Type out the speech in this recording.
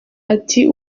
ati